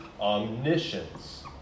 omniscience